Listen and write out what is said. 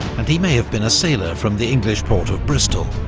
and he may have been a sailor from the english port of bristol.